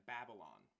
Babylon